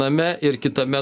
name ir kitame